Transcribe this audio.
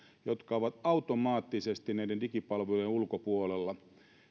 jotka ovat automaattisesti näiden digipalvelujen ulkopuolella